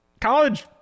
college